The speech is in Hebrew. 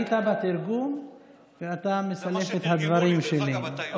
טעית בתרגום ואתה מסלף את הדברים שלי.